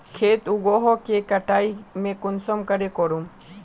खेत उगोहो के कटाई में कुंसम करे करूम?